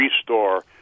restore